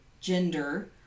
gender